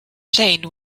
plane